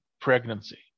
pregnancy